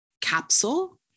capsule